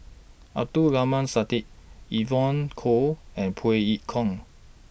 Abdul Aleem Siddique Evon Kow and Phey Yew Kok